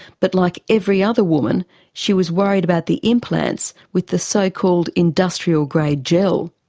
but like every other woman she was worried about the implants with the so-called industrial grade gel.